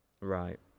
Right